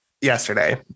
yesterday